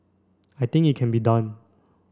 I think it can be done